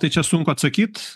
tai čia sunku atsakyt